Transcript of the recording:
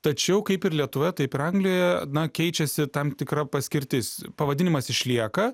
tačiau kaip ir lietuvoje taip ir anglijoje na keičiasi tam tikra paskirtis pavadinimas išlieka